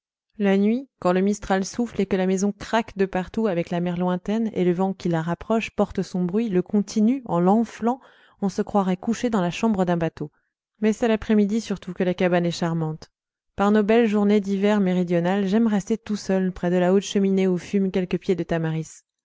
la nuit quand le mistral souffle et que la maison craque de partout avec la mer lointaine et le vent qui la rapproche porte son bruit le continue en l'enflant on se croirait couché dans la chambre d'un bateau mais c'est l'après-midi surtout que la cabane est charmante par nos belles journées d'hiver méridional j'aime rester tout seul près de la haute cheminée où fument quelques pieds de tamaris